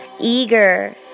eager